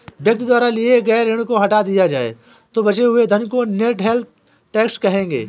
व्यक्ति द्वारा लिए गए ऋण को हटा दिया जाए तो बचे हुए धन को नेट वेल्थ टैक्स कहेंगे